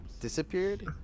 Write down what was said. disappeared